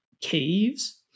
caves